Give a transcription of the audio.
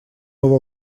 его